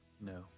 No